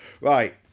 Right